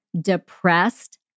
depressed